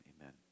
amen